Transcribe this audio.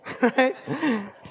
right